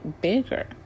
bigger